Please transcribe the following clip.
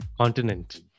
continent